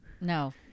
No